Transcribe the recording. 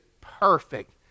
perfect